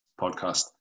podcast